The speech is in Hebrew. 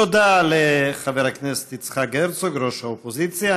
תודה לחבר הכנסת יצחק הרצוג, ראש האופוזיציה.